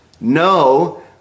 no